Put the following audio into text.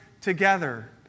together